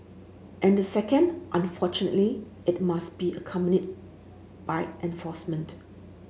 and the second unfortunately it must be accompanied by enforcement